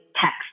text